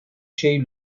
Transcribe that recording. şey